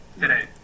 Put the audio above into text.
today